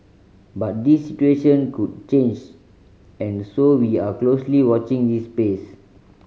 but this situation could change and so we are closely watching this space